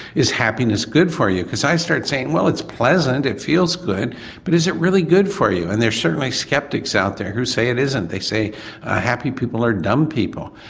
is happiness good for you, because i started saying well it's pleasant, it feels good but is it really good for you and there are certainly sceptics out there who say it isn't, they say happy people are dumb people.